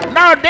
Now